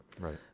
right